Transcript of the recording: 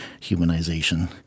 Humanization